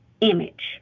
image